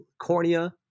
cornea